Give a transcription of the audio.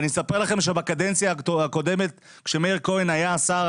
אני אספר לכם שבקדנציה הקודמת כשמאיר כהן היה שר